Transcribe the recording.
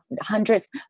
hundreds